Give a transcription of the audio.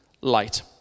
light